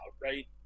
right